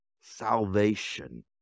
Salvation